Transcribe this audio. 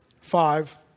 five